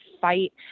fight